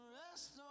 rest